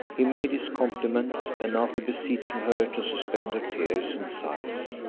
he made his compliment, and after beseeching her to suspend her tears and sighs,